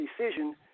decision